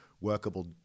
workable